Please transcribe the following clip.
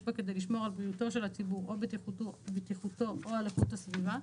בה כדי לשמור על בריאותו של הציבור או בטיחותו או על איכות הסביבה,